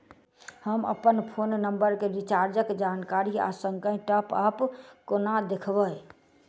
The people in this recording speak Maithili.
हम अप्पन फोन नम्बर केँ रिचार्जक जानकारी आ संगहि टॉप अप कोना देखबै?